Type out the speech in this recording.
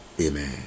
Amen